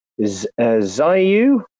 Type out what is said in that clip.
Zayu